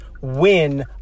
win